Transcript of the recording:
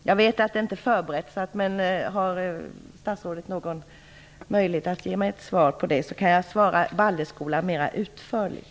Jag vet att denna fråga inte är förberedd, men om statsrådet har möjlighet att ge mig ett svar även på denna fråga kan jag svara Baldersskolan mer utförligt.